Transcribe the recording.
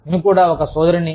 నేను కూడా ఒక సోదరిని